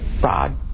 broad